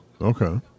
Okay